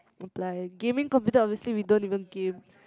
apply gaming computer obviously we don't even game